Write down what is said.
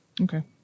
Okay